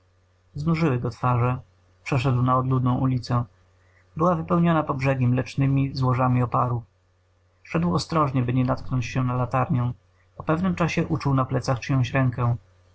znużyły go twarze przeszedł na odludną ulicę była wypełniona po brzegi mlecznemi złożami oparów szedł ostrożnie by nie natknąć na latarnię po pewnym czasie uczuł na plecach czyjąś rękę